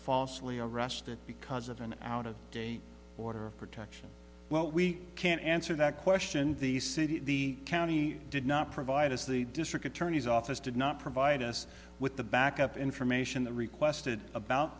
falsely arrested because of an out of date order of protection well we can't answer that question the city the county did not provide us the district attorney's office did not provide us with the backup information the requested about